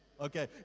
Okay